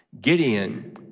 Gideon